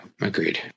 Agreed